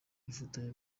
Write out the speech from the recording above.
bifotoje